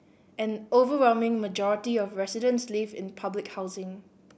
an overwhelming majority of residents live in public housing